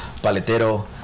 Paletero